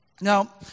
Now